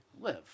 live